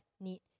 need